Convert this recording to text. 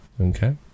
Okay